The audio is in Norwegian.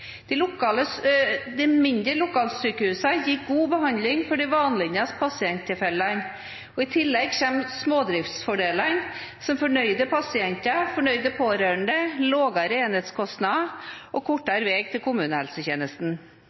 De mindre lokalsykehusene gir god behandling for de vanligste pasienttilfellene, og i tillegg kommer smådriftsfordelene som fornøyde pasienter, fornøyde pårørende, lavere enhetskostnader og kortere vei til kommunehelsetjenesten.